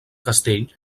castell